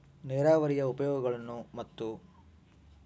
ನೇರಾವರಿಯ ಉಪಯೋಗಗಳನ್ನು ಮತ್ತು?